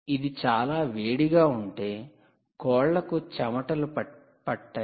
ఇది చాలా వేడిగా ఉంటే కోళ్లకు చెమటలు పట్టేవి